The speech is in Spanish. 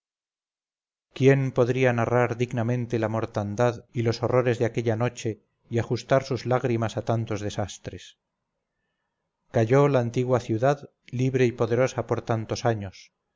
quién podría narrar dignamente la mortandad y los horrores de aquella noche y ajustar sus lágrimas a tantos desastres cayó la antigua ciudad libre y poderosa por tantos años